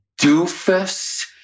doofus